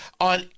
on